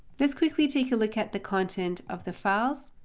let's quickly take a look at the content of the files.